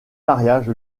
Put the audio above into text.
mariage